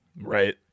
Right